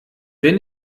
wenn